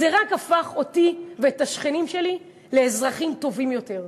זה רק הפך אותי ואת השכנים שלי לאזרחים טובים יותר,